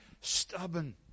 stubborn